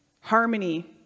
Harmony